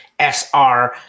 SR